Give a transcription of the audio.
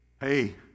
hey